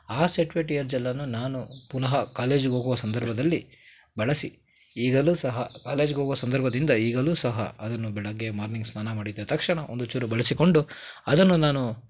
ಆ set wet hair ಜೆಲ್ಲನ್ನು ನಾನು ಪುನಃ ಕಾಲೇಜಿಗೆ ಹೋಗುವ ಸಂದರ್ಭದಲ್ಲಿ ಬಳಸಿ ಈಗಲೂ ಸಹ ಕಾಲೇಜಿಗ್ ಹೋಗುವ ಸಂದರ್ಭದಿಂದ ಈಗಲೂ ಸಹ ಅದನ್ನು ಬೆಳಗ್ಗೆ ಮಾರ್ನಿಂಗ್ ಸ್ನಾನ ಮಾಡಿದ ತಕ್ಷಣ ಒಂದು ಚೂರು ಬಳಸಿಕೊಂಡು ಅದನ್ನು ನಾನು